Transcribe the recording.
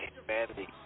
humanity